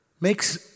makes